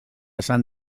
esan